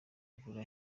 imvura